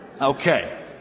Okay